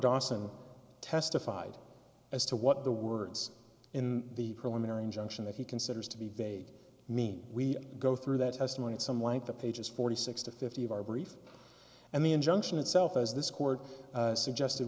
dawson testified as to what the words in the preliminary injunction that he considers to be vague mean we go through that testimony at some length of pages forty six to fifty of our brief and the injunction itself as this court suggested